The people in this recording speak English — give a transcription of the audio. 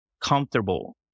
comfortable